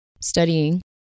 studying